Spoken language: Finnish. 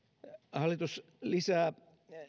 hallitus lisää